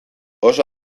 oso